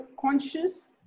conscious